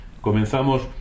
comenzamos